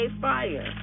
fire